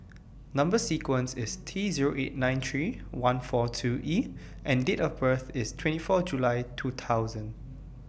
Number sequences IS T Zero eight nine three one four two E and Date of birth IS twenty four July two thousand